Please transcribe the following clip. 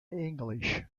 english